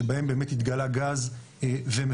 שבהם באמת התגלה גז ומפותח.